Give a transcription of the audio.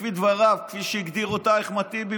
כפי שהגדיר אותה אחמד טיבי,